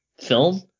film